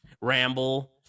Ramble